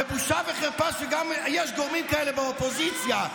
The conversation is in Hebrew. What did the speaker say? ובושה וחרפה שגם יש גורמים כאלה באופוזיציה,